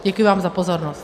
Děkuji vám za pozornost.